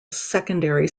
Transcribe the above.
secondary